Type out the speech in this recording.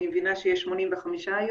אני מבינה שיש 85 מהיום,